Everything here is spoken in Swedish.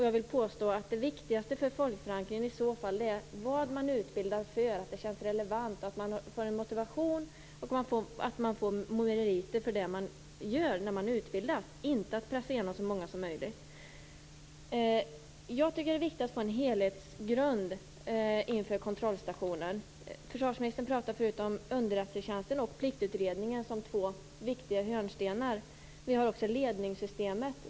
Jag vill påstå att det viktigaste för folkförankringen är vad man utbildas för, att det känns relevant, att man får motivation och att man får meriter av det man gör medan man utbildas - inte att så många som möjligt pressas igenom. Jag tycker att det är viktigt med en helhetssyn inför kontrollstationen. Försvarsministern pratade förut om underrättelsetjänsten och Pliktutredningen som två viktiga hörnstenar. Vi har också ledningssystemet.